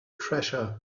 treasure